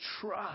trust